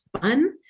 fun